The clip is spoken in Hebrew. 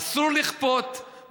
אסור לכפות,